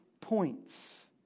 points